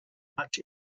much